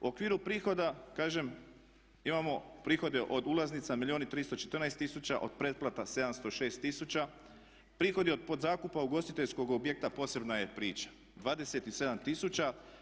U okviru prihoda kažem imamo prihode od ulaznica milijun i 314 tisuća, od pretplata 706 tisuća, prihodi od podzakupa ugostiteljskog objekta posebna je priča, 27 tisuća.